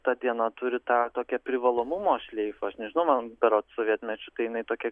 ta diena turi tą tokią privalomumo šleifą aš nežinau man berods sovietmečiu tai jinai tokia